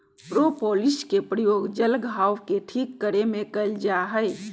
propolis के प्रयोग जल्ल घाव के ठीक करे में कइल जाहई